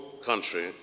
country